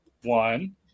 One